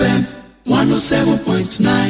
107.9